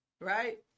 Right